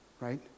right